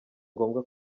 ngombwa